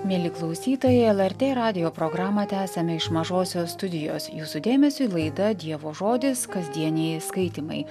mieli klausytojai lrt radijo programą tęsiame iš mažosios studijos jūsų dėmesiui laida dievo žodis kasdieniai skaitymai